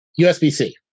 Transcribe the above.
USB-C